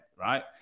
right